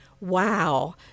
Wow